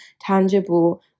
tangible